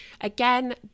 Again